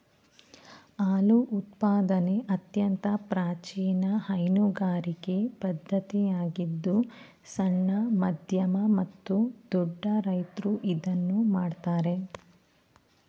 ಹಾಲು ಉತ್ಪಾದನೆ ಅತ್ಯಂತ ಪ್ರಾಚೀನ ಹೈನುಗಾರಿಕೆ ಪದ್ಧತಿಯಾಗಿದ್ದು ಸಣ್ಣ, ಮಧ್ಯಮ ಮತ್ತು ದೊಡ್ಡ ರೈತ್ರು ಇದನ್ನು ಮಾಡ್ತರೆ